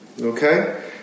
Okay